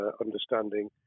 understanding